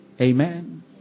Amen